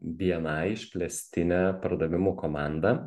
bni išplėstinę pardavimų komandą